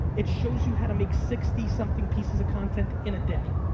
it shows you how to make sixty something pieces of content in a day.